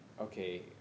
okay